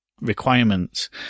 requirements